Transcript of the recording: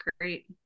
great